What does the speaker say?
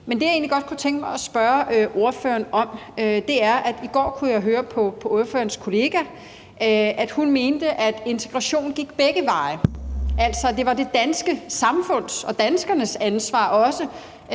Men det, jeg egentlig godt kunne tænke mig at spørge ordføreren om, er noget andet. I går kunne jeg høre på ordførerens kollega, at hun mente, at integrationen gik begge veje – altså at det også var det danske samfunds og danskernes ansvar at